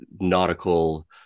nautical